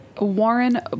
Warren